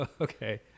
okay